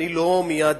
אני לא מייד